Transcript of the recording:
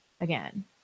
again